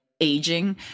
aging